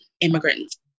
immigrants